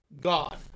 God